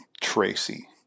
Tracy